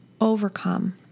overcome